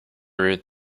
read